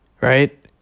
right